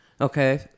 Okay